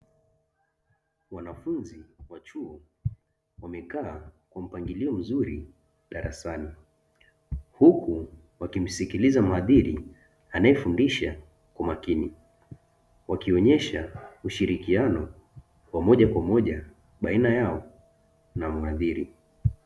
Wanafunzi wa chuo wamekaa kwa mpangilio mzuri darasani, huku wakimsikiliza mhadhiri anayefundisha kwa makini. Wakionesha ushirikiano wa moja kwa moja, baina yao na mhadhiri.